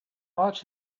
watch